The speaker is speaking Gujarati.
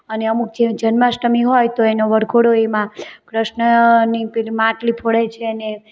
અને અમુક જે જન્માષ્ટમી હોય તો એનો વરઘોડો એમાં કૃષ્ણની પેલી માટલી ફોડાય છે અને